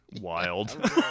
wild